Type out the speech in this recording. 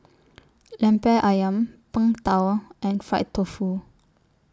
Lemper Ayam Png Tao and Fried Tofu